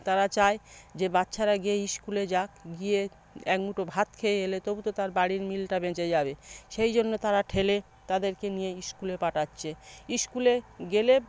তারা চায় যে বাচ্চারা গিয়ে স্কুলে যাক গিয়ে এক মুঠো ভাত খেয়ে এলে তবু তো তার বাড়ির মিলটা বেঁচে যাবে সেই জন্য তারা ঠেলে তাদেরকে নিয়ে স্কুলে পাঠাচ্ছে স্কুলে গেলে